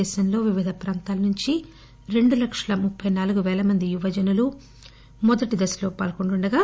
దేశంలో వివిధ ప్రాంతాల నుంచి రెండు లక్షల ముప్పి నాలుగు వేలమంది యువజనులు మొదటి దశలో పాల్గొంటుండగా